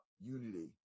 unity